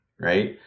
Right